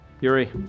Yuri